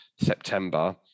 September